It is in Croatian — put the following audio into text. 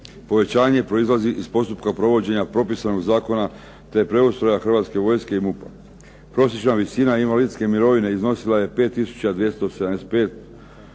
Povećanje proizlazi iz postupka provođenja propisanog zakona te preustroja Hrvatske vojske i MUP-a. Prosječna visina invalidske mirovine iznosila je 5